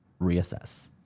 reassess